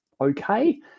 okay